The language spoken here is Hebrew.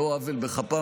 על לא עוול בכפם,